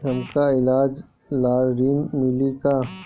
हमका ईलाज ला ऋण मिली का?